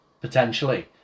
potentially